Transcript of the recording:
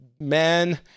Man